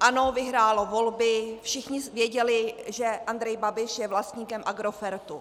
ANO vyhrálo volby, všichni věděli, že Andrej Babiš je vlastníkem Agrofertu.